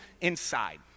inside